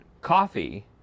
Coffee